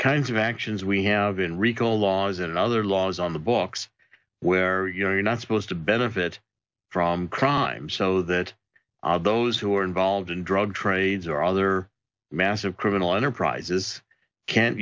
kinds of actions we have in rico laws and other laws on the books where you know you're not supposed to benefit from crime so that those who are involved in drug trades or other massive criminal enterprises can't